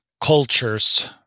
cultures